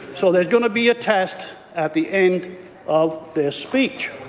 so there's going to be a test at the end of this speech.